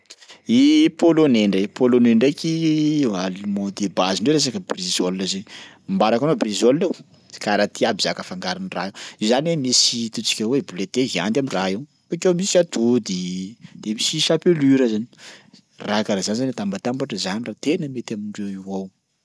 I polonais ndray, polonais ndraiky aliment de basendreo resaka brysol zay, ambarako anao brysol io? Karaha ty aby zaka fangaron'ny raha io: io zany misy ataontsika hoe bolety de viande am'raha io, bakeo misy atody de misy chapelure zainy, raha karaha zany zany atambatambatra, zany raha tena mety amindreo io ao.